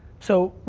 so,